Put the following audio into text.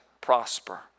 prosper